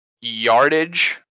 yardage